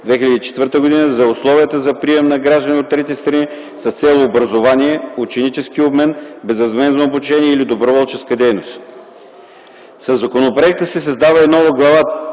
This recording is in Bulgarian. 2004 г., за условията за прием на граждани на трети страни с цел образование, ученически обмен, безвъзмездно обучение или доброволческа дейност. Със законопроекта се създава и нова Глава